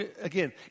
again